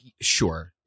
Sure